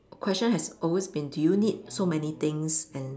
question has always been do you need so many things and